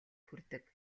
хүрдэг